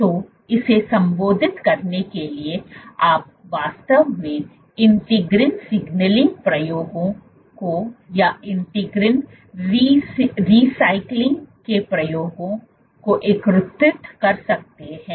तो इसे संबोधित करने के लिए आप वास्तव में इंटीग्रिन सिग्नलिंग प्रयोगों को या इंटीग्रिन रीसाइक्लिंग के प्रयोगों को एकीकृत कर सकते हैं